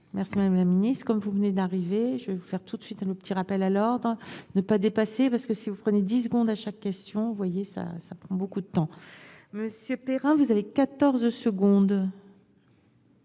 merci madame la Ministre, comme vous venez d'arriver, je vais vous faire tout de suite à nos petit rappel à l'ordre à ne pas dépasser, parce que si vous prenez 10 secondes à chaque question, vous voyez, ça, ça prend beaucoup de temps, monsieur Perrin, vous avez 14 secondes.